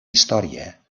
història